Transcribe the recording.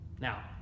now